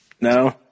No